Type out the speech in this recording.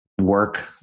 work